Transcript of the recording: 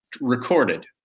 recorded